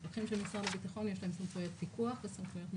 למפקחים של משרד הביטחון יש סמכויות פיקוח וסמכויות מנהליות.